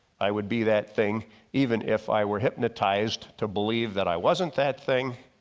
i would be that thing even if i were hypnotized to believe that i wasn't that thing,